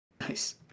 nice